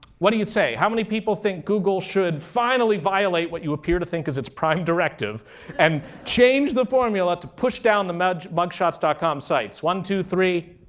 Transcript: what do you say? how many people think google should finally violate what you appear to think is its prime directive and change the formula to push down the mugshots mugshots dot com sites? one, two, three.